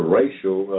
racial